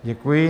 Děkuji.